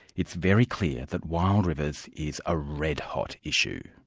it's very clear that wild rivers is a red hot issue.